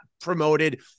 promoted